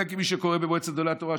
כי מה שקורה במועצת גדולי התורה,